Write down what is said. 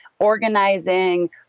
organizing